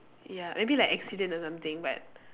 ya maybe like accident or something but